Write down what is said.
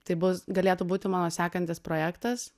tai bus galėtų būti mano sekantis projektas